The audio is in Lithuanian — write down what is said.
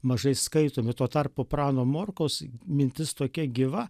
mažai skaitomi tuo tarpu prano morkaus mintis tokia gyva